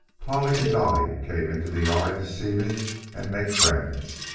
polly and dolly came into the yard to see me and make friends.